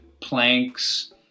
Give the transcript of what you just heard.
planks